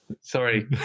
sorry